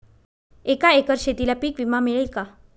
एका एकर शेतीला पीक विमा मिळेल का?